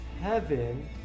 heaven